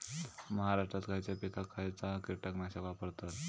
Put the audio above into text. महाराष्ट्रात खयच्या पिकाक खयचा कीटकनाशक वापरतत?